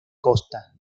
costa